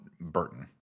Burton